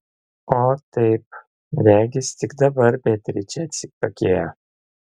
o taip regis tik dabar beatričė atsitokėjo